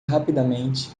rapidamente